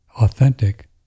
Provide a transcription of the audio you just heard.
authentic